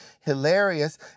hilarious